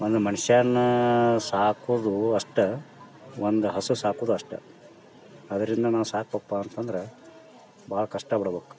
ಒಂದು ಮನ್ಷ್ಯನ್ನ ಸಾಕೋದೂ ಅಷ್ಟೇ ಒಂದು ಹಸು ಸಾಕೋದೂ ಅಷ್ಟೇ ಅದರಿಂದ ನಾವು ಸಾಕ್ಬೇಕ್ಪ ಅಂತಂದ್ರೆ ಭಾಳ ಕಷ್ಟಪಡ್ಬಕ್